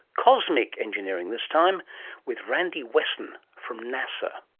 cosmic engineering this time with randii wessen from nasa.